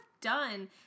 done